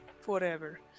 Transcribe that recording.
forever